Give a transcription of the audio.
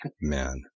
man